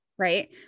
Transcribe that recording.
right